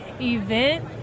event